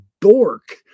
dork